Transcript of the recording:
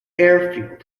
airfield